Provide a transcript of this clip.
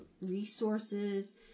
resources